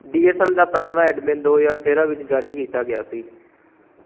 D S M ਦਾ ਪੰਜਵਾਂ ਐਡਮਿਨ ਦੋ ਹਜ਼ਾਰ ਤੇਰ੍ਹਾਂ ਵਿੱਚ ਜਾਰੀ ਕੀਤਾ ਗਿਆ ਸੀ